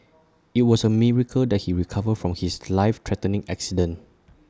IT was A miracle that he recovered from his life threatening accident